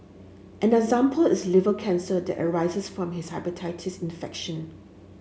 an example is liver cancer that arises from a hepatitis infection